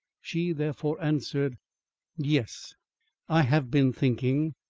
she, therefore, answered yes i have been thinking,